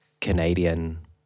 Canadian